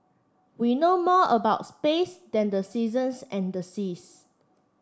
we know more about space than the seasons and the seas